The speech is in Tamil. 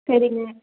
சரிங்க